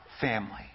family